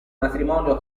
matrimonio